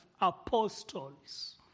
apostles